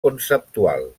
conceptual